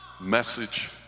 message